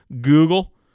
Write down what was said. Google